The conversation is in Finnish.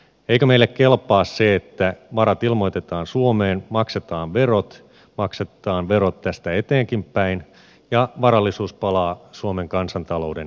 eikö meille kelpaa se että varat ilmoitetaan suomeen maksetaan verot maksetaan verot tästä eteenkinpäin ja varallisuus palaa suomen kansantalouden piiriin